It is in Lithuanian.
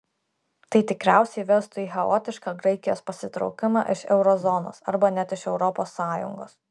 tai tikriausiai vestų į chaotišką graikijos pasitraukimą iš euro zonos arba net iš europos sąjungos